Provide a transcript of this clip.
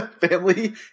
Family